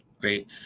Great